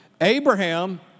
Abraham